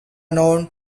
known